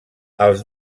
els